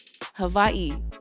Hawaii